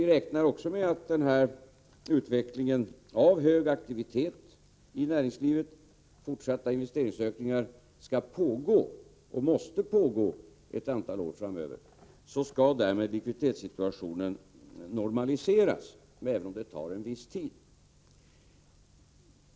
Vi räknar också med att den nuvarande utvecklingen — med hög aktivitet i näringslivet och fortsatta investeringsökningar — skall, och måste, pågå ett antal år framöver. Därmed skall väl likviditetssituationen normaliseras — även om det tar en viss tid.